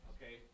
Okay